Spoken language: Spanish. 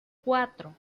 cuatro